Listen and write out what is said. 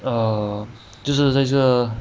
err 就是在这个